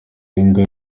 imbwa